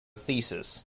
thesis